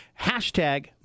Hashtag